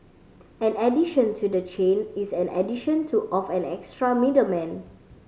an addition to the chain is an addition to of an extra middleman